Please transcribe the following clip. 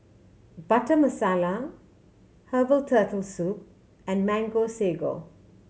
Butter Masala herbal Turtle Soup and Mango Sago